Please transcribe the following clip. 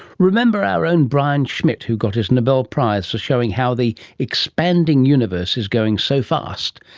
remember our own brian schmidt who got his nobel prize for showing how the expanding universe is going so fast?